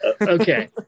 Okay